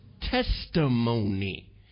testimony